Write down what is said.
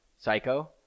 Psycho